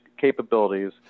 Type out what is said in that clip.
capabilities